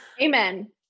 Amen